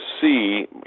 see